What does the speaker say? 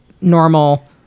normal